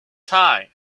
tie